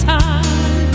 time